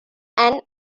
and